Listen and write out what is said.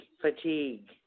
FATIGUE